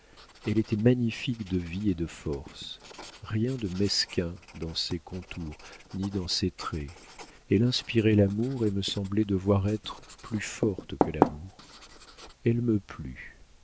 elle était magnifique de vie et de force rien de mesquin dans ses contours ni dans ses traits elle inspirait l'amour et me semblait devoir être plus forte que l'amour elle me plut